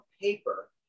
paper